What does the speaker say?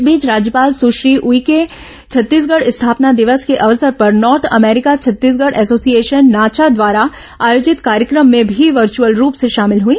इस बीच राज्यपाल सुश्री उइके छत्तीसगढ़ स्थापना दिवस के अवसर पर north America Chhattisgarh association NACHA द्वारा आयोजित कार्यक्रम में भी वर्चुअल रूप से शामिल हई